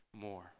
more